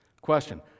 question